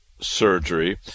surgery